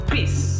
Peace